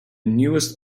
newest